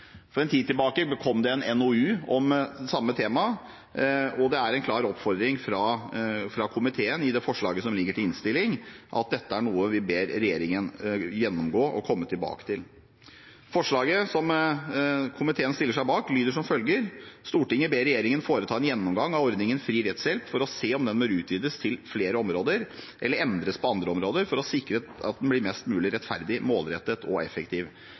For en tid tilbake kom det en NOU om samme tema, og det er en klar oppfordring fra komiteen i innstillingens tilråding til vedtak, at dette er noe vi ber regjeringen gjennomgå og komme tilbake til. Komiteens innstilling lyder som følger: «Stortinget ber regjeringen foreta en gjennomgang av ordningen fri rettshjelp for å se om den bør utvides til flere områder, eller endres på andre måter, for å sikre at den blir mest mulig rettferdig, målrettet og effektiv.»